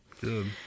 Good